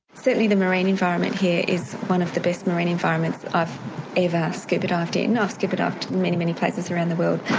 certainly the marine environment here is one of the best marine environments i've ever scuba dived in. i've scuba dived in many, many places around the world,